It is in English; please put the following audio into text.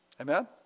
amen